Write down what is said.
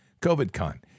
COVID-con